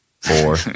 four